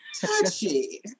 touchy